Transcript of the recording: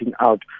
out